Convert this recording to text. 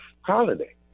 Holiday